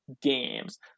games